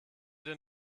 den